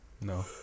No